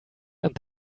and